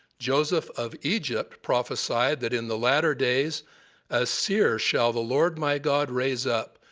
joseph of egypt prophesied that in the latter days a seer shall the lord my god raise up,